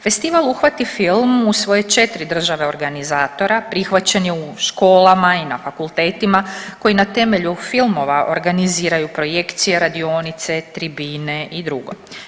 Festival Uhvati film u svoje 4 države organizatora prihvaćen je u školama i na fakultetima koji na temelju filmova organiziraju projekcije, radionice, tribine i drugo.